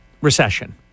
recession